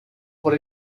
por